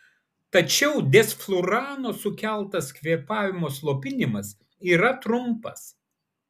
tačiau desflurano sukeltas kvėpavimo slopinimas yra trumpas